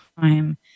time